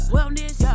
Wellness